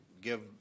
give